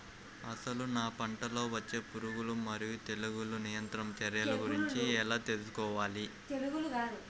అసలు నా పంటలో వచ్చే పురుగులు మరియు తెగులుల నియంత్రణ చర్యల గురించి ఎలా తెలుసుకోవాలి?